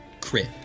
Crit